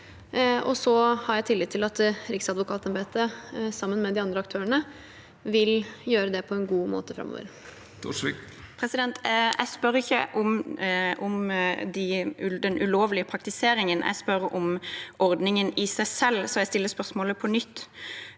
og så har jeg tillit til at riksadvokatembetet, sammen med de andre aktørene, vil gjøre det på en god måte framover. Ingvild Wetrhus Thorsvik (V) Jeg spør ikke om den ulovlige praktiseringen, jeg spør om ordningen i seg selv, så jeg stiller spørsmålet på nytt: